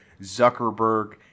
Zuckerberg